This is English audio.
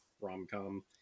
rom-com